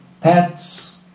pets